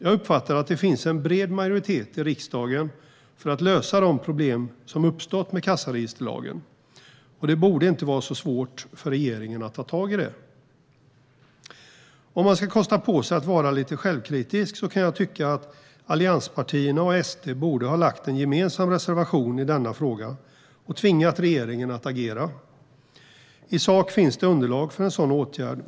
Jag uppfattar att det finns en bred majoritet i riksdagen för att lösa de problem som har uppstått med kassaregisterlagen, och det borde inte vara så svårt för regeringen att ta tag i det. Om man ska kosta på sig att vara lite självkritisk kan jag tycka att allianspartierna och SD borde ha lämnat en gemensam reservation i denna fråga och tvingat regeringen att agera. I sak finns det underlag för en sådan åtgärd.